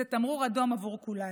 זה תמרור אדום עבור כולנו.